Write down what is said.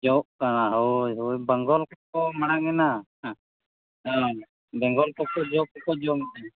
ᱡᱚᱜ ᱠᱟᱱᱟ ᱦᱚᱭ ᱦᱚᱭ ᱵᱮᱝᱜᱚᱞ ᱠᱚᱠᱚ ᱢᱟᱲᱟᱝᱮᱱᱟ ᱦᱮᱸ ᱵᱮᱝᱜᱚᱞ ᱠᱚᱠᱚ ᱡᱚ ᱠᱚᱠᱚ ᱡᱚᱢᱠᱮᱫᱟ